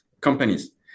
companies